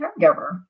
caregiver